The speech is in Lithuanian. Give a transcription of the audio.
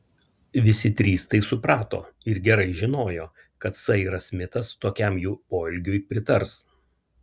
visi trys tai suprato ir gerai žinojo kad sairas smitas tokiam jų poelgiui pritars